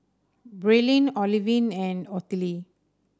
Braelyn Olivine and Ottilie